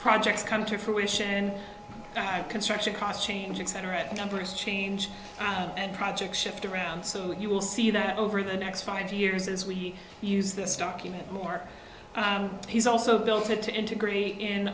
projects come to fruition and construction cost changing center at numbers change and project shift around so you will see that over the next five years as we use this document more he's also built it to integrate in